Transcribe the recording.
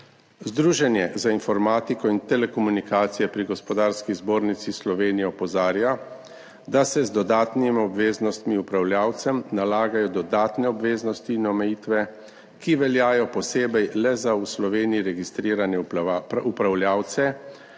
Združenje za informatiko in telekomunikacije pri Gospodarski zbornici Slovenije opozarja, da se z dodatnimi obveznostmi upravljavcem nalagajo obveznosti in omejitve, ki veljajo posebej le za v Sloveniji registrirane upravljavce,